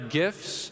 gifts